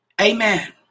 Amen